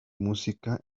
música